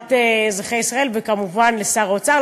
לטובת אזרחי ישראל, וכמובן לשר האוצר.